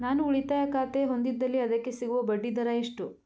ನಾನು ಉಳಿತಾಯ ಖಾತೆ ಹೊಂದಿದ್ದಲ್ಲಿ ಅದಕ್ಕೆ ಸಿಗುವ ಬಡ್ಡಿ ದರ ಎಷ್ಟು?